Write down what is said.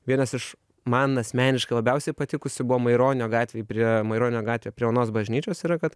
vienas iš man asmeniškai labiausiai patikusių buvo maironio gatvėj prie maironio gatvė prie onos bažnyčios yra kad